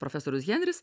profesorius henris